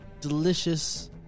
delicious